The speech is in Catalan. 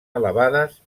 elevades